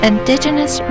Indigenous